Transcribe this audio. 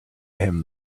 him